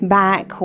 back